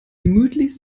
gemütlich